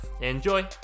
Enjoy